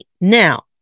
Now